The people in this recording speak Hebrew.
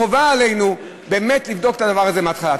חובה עלינו באמת לבדוק את הדבר הזה מההתחלה.